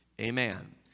Amen